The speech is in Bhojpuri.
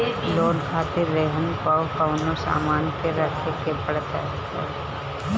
लोन खातिर रेहन पअ कवनो सामान के रखे के पड़त हअ